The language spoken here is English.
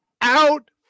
Out